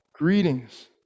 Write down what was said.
Greetings